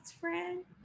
friend